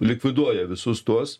likviduoja visus tuos